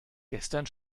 gestern